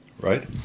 right